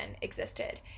existed